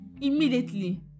Immediately